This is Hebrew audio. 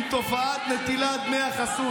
עם תופעת נטילת דמי החסות.